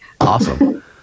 Awesome